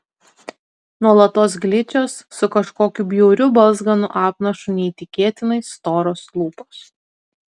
nuolatos gličios su kažkokiu bjauriu balzganu apnašu neįtikėtinai storos lūpos